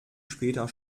später